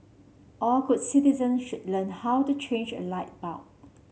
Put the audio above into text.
all good citizen should learn how to change a light bulb